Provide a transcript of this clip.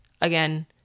again